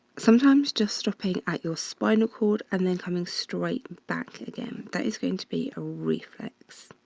sometimes, just stopping at your spinal cord and then coming straight back again. that is going to be a reflex.